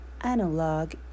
Analog